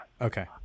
Okay